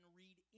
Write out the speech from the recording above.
read